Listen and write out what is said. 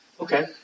Okay